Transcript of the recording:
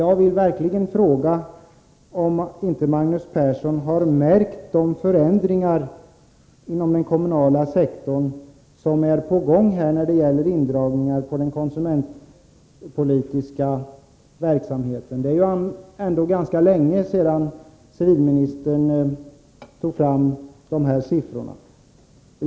Jag vill verkligen fråga om inte Magnus Persson har märkt de förändringar inom den kommunala sektorn som är på gång när det gäller indragningar beträffande den konsumentpolitiska verksamheten. Det är ändå ganska länge sedan civilministern tog fram dessa siffror.